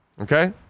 Okay